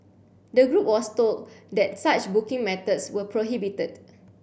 the group was told that such booking methods were prohibited